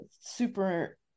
super